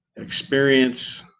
experience